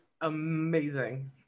amazing